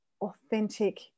authentic